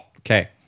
Okay